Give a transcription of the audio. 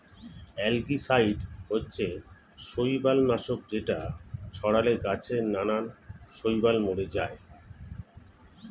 algicide হচ্ছে শৈবাল নাশক যেটা ছড়ালে গাছে নানা শৈবাল মরে যায়